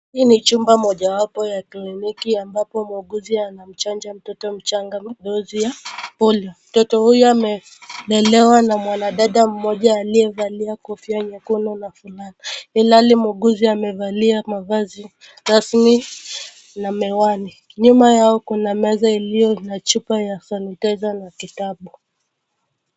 Hii ni chumba mojawapo ya kliniki ambapo muuguzi anamchanja mtoto mchanga dozi ya polio. Mtoto huyo amelelewa na mwanadada mmoja aliyevalia kofia nyekundu na fulana. Ilhali muuguzi amevalia mavazi rasmi na miwani. Nyuma yao kuna meza iliyo na chupa ya sanitaiza na kitabu.